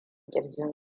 kirjin